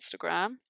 Instagram